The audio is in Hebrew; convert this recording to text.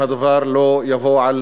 אם הדבר לא יבוא על